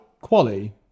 Quali